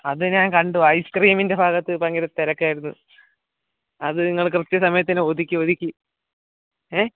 അത് ഞാൻ കണ്ടു ഐസ്ക്രീമിന്റെ ഭാഗത്ത് ഭയങ്കര തിരക്കായിരുന്നു അത് നിങ്ങൾ കൃത്യസമയത്തിന് ഒതുക്കി ഒതുക്കി ഏ